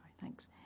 thanks